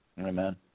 amen